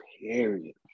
period